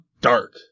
dark